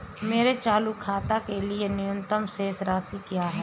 मेरे चालू खाते के लिए न्यूनतम शेष राशि क्या है?